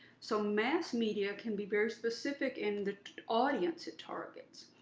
so mass media can be very specific in the audience it targets.